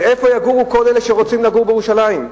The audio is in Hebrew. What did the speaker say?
ואיפה יגורו כל אלה שרוצים לגור בירושלים?